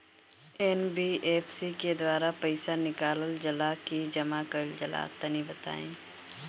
NBFC के द्वारा पईसा निकालल जला की जमा कइल जला तनि बताई?